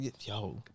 Yo